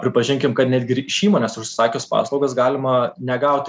pripažinkim kad netgi ir iš įmonės užsisakius paslaugas galima negauti